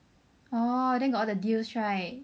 orh then got all the deals right